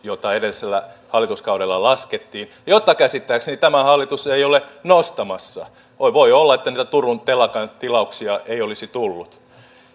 jota edellisellä hallituskaudella laskettiin ja jota käsittääkseni tämä hallitus ei ole nostamassa voi voi olla että niitä turun telakan tilauksia ei olisi tullut